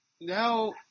now